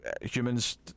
humans